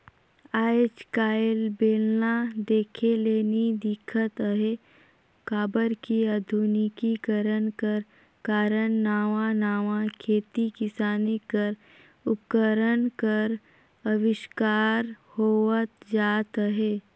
आएज काएल बेलना देखे ले नी दिखत अहे काबर कि अधुनिकीकरन कर कारन नावा नावा खेती किसानी कर उपकरन कर अबिस्कार होवत जात अहे